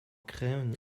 créant